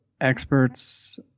experts